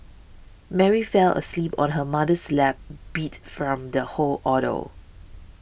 Mary fell asleep on her mother's lap beat from the whole ordeal